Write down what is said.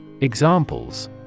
Examples